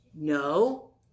No